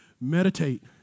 Meditate